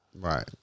Right